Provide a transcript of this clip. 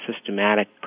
systematic